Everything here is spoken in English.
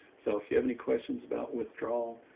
so if you have any questions about withdrawal, ah,